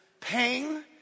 pain